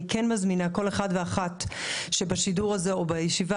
אני כן מזמינה כל אחד ואחת שהם בשידור הזה או בישיבה